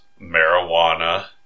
marijuana